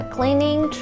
Cleaning